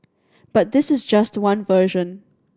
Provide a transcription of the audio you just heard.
but this is just one version